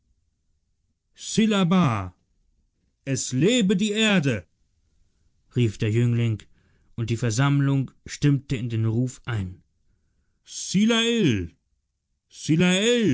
es lebe die erde rief der jüngling und die versammlung stimmte in den ruf ein sila